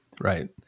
Right